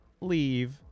leave